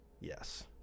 Yes